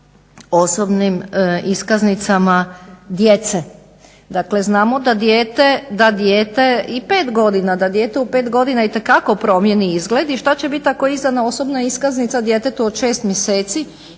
osobnim iskaznicama djece? Dakle znamo da dijete i 5 godina, da dijete u 5 godina itekako promijeni izgled i šta će biti ako je izdana osobna iskaznica djetetu od 6 mjeseci